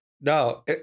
No